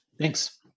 Thanks